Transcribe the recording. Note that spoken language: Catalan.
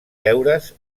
deures